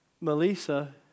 Melissa